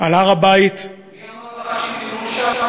על הר-הבית, מי אמר לך שנבנו שם?